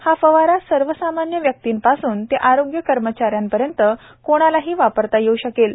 हा फवारा सर्वसामान्य व्यक्तींपासून ते आरोग्य कर्मचाऱ्यापर्यंत कोणालाही वापरता येऊ शकेल